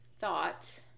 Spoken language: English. thought